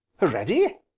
Ready